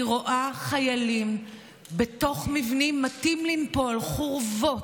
אני רואה חיילים בתוך מבנים מטים לנפול, חורבות.